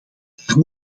daar